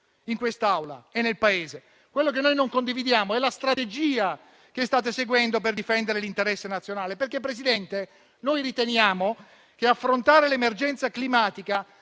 in quest'Aula e nel Paese. Quella che non condividiamo è la strategia che state seguendo per difendere l'interesse nazionale, perché, signor Presidente, riteniamo che affrontare l'emergenza climatica